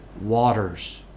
waters